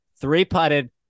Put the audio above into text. Three-putted